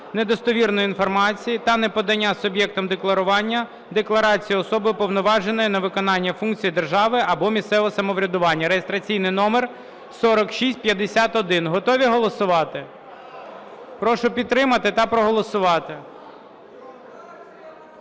недостовірної інформації та неподання суб'єктом декларування декларації особи, уповноваженої на виконання функцій держави або місцевого самоврядування (реєстраційний номер 4651). Готові голосувати? Прошу підтримати та проголосувати.